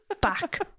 back